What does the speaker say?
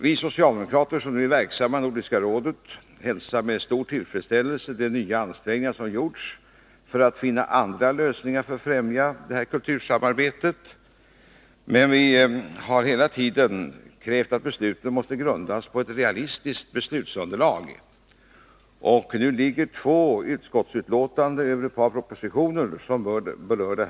Vi socialdemokrater som är verksamma inom Nordiska rådet hälsar med stor tillfredsställelse de nya ansträngningar som har gjorts för att finna andra lösningar i syfte att främja kultursamarbetet. Men vi har hela tiden krävt att besluten skall grundas på ett realistiskt beslutsunderlag. Nu föreligger två utskottsbetänkanden med anledning av ett par propositioner som berör detta område.